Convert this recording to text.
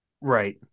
right